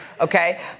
Okay